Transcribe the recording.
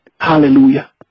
Hallelujah